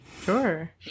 Sure